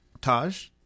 Taj